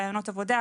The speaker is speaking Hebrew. ראיונות עבודה,